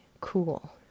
cool